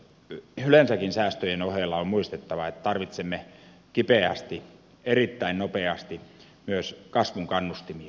yleensäkin on muistettava että tarvitsemme säästöjen ohella kipeästi ja erittäin nopeasti myös kasvun kannustimia